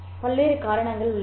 பல்வேறு காரணங்கள் உள்ளன